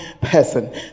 person